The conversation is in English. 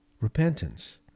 repentance